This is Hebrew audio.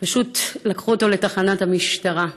פשוט לקחו אותו לתחנת המשטרה.